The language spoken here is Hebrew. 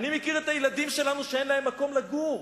אני מכיר את הילדים שלנו, שאין להם מקום לגור.